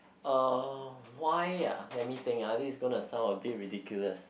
uh why ah let me think ah this is gonna sound a bit ridiculous